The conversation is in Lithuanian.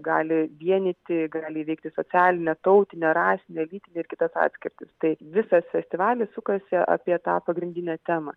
gali vienyti gali įveikti socialinę tautinę rasinę lytinę ir kitas atkirtis tai visas festivalis sukasi apie tą pagrindinę temą